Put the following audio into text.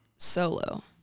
solo